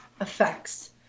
effects